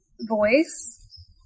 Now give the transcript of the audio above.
voice